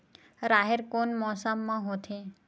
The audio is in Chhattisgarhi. राहेर कोन मौसम मा होथे?